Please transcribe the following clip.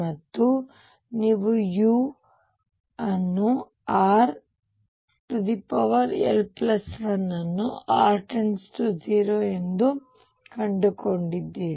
ಮತ್ತು ನೀವು u rl1 ಅನ್ನು r 0 ಎಂದು ಕಂಡುಕೊಂಡಿದ್ದೀರಿ